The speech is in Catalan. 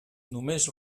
només